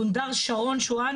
גונדר שרון שואן,